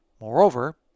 Moreover